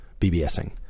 BBSing